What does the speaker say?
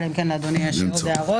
אלא אם כן לאדוני יש עוד הערות.